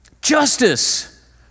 Justice